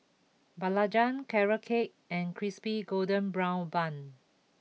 Belacan Carrot Cake and Crispy Golden Brown Bun